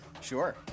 Sure